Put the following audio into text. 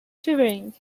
shivering